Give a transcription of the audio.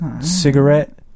cigarette